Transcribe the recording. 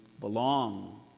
belong